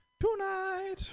tonight